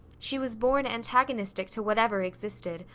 she was born antagonistic to whatever existed,